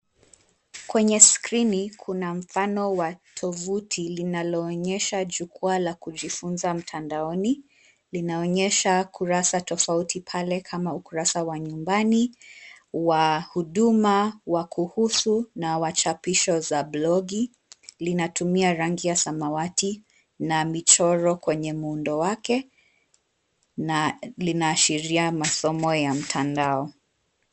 Kwenye skrini, kuna mfano wa tovuti linaloonyesha jukwaa la kujifunza mtandaoni. Linaonyesha kurasa tofauti pale kama ukurasa wa nyumbani, wa huduma, wa kuhusu, na wachapisho za blogi. Linatumia rangi ya samawati, na michoro kwenye muundo wake, na linaashiria masomo ya mtandao.